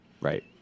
Right